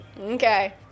Okay